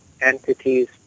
Entities